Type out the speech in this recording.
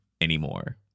anymore